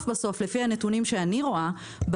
מנתונים שאני רואה,